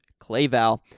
ClayVal